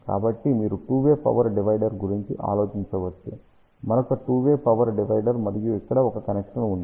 కాబట్టి మీరు two way power డివైడర్గురించి ఆలోచించవచ్చు మరొక టూ వే పవర్ డివైడర్ మరియు ఇక్కడ ఒక కనెక్షన్ ఉంది